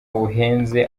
buhenze